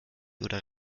oder